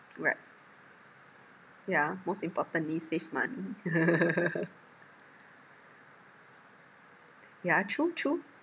right yeah most importantly save money yeah true true